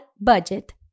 budget